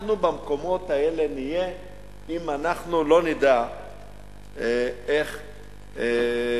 אנחנו במקומות האלה נהיה אם אנחנו לא נדע איך לקחת.